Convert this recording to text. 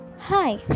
Hi